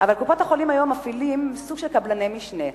מפעילות סוג של קבלני משנה,